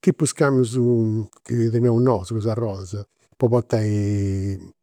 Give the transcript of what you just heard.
tipu is camion chi teneus nosu cun is arodas, po portai